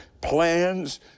plans